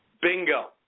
Bingo